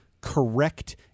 correct